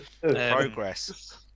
progress